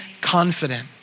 confident